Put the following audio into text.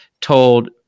told